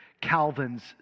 Calvin's